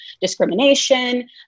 discrimination